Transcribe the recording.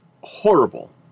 horrible